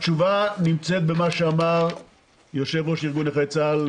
התשובה נמצאת במה שאמר יושב-ראש ארגון נכי צה"ל,